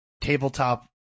tabletop